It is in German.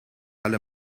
alle